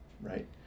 right